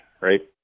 right